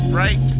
right